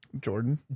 Jordan